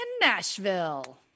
Nashville